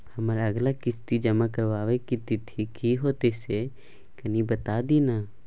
हमर अगला किस्ती जमा करबा के तिथि की होतै से कनी बता दिय न?